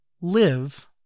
Live